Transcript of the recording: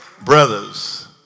brothers